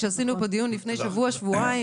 כשעשינו פה דיון לפני שבוע שבועיים